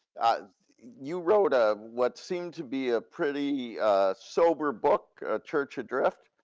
you wrote a what seemed to be a pretty sober book, church adrift,